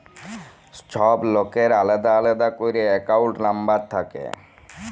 ছব লকের আলেদা আলেদা ক্যইরে একাউল্ট লম্বর থ্যাকে